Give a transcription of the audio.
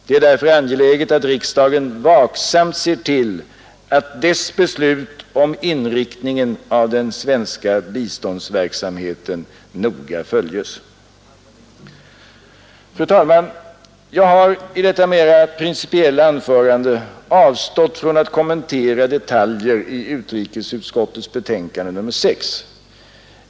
Det är därför angeläget att riksdagen vaksamt ser till att dess beslut om inriktningen av den svenska biståndsverksamheten noga följes. Herr talman! Jag har i detta mer principiella anförande avstått från att kommentera detaljer i utrikesutskottets betänkande nr 6.